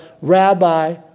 rabbi